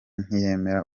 ntiyemera